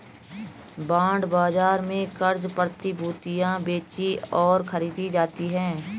bond बाजार में क़र्ज़ प्रतिभूतियां बेचीं और खरीदी जाती हैं